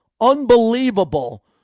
unbelievable